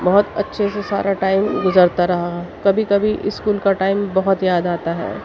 بہت اچّھے سے سارا ٹائم گزرتا رہا کبھی کبھی اسکول کا ٹائم بہت یاد آتا ہے